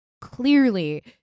clearly